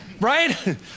Right